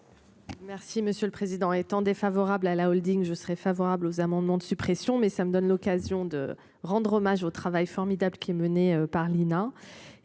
Merci monsieur le président étant défavorable à la Holding je serais favorable aux amendements de suppression mais ça me donne l'occasion de rendre hommage au travail formidable qui est menée par l'INA